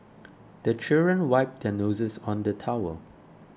the children wipe their noses on the towel